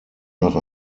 nach